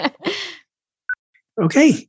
okay